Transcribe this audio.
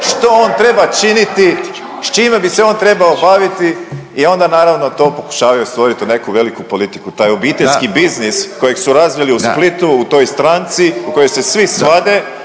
što on treba činiti, s čime bi se on trebao baviti onda naravno to pokušavaju stvoriti u neku veliku politiku. Taj obiteljski biznis kojeg su razvili u Splitu u toj stranci u kojoj se svi svade,